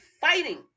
fighting